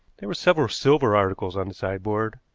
there were several silver articles on the sideboard,